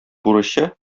бурычы